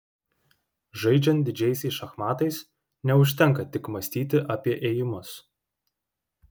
žaidžiant didžiaisiais šachmatais neužtenka tik mąstyti apie ėjimus